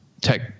tech